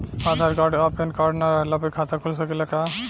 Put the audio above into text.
आधार card आ PAN card ना रहला पर खाता खुल सकेला का?